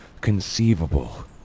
conceivable